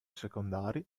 secondari